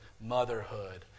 motherhood